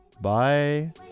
Bye